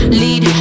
lead